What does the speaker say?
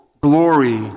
glory